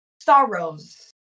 sorrows